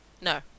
no